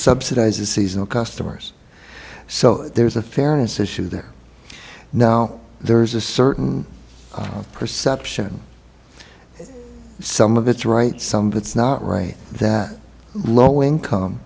subsidize the seasonal customers so there's a fairness issue there now there's a certain perception some of it's right some that's not right that low income